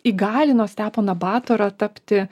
įgalino steponą batorą tapti